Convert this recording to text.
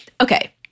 Okay